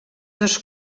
dos